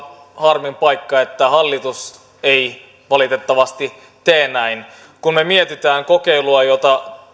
harmin paikka että hallitus ei valitettavasti tee näin kun me mietimme kokeiluja joita